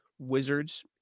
wizards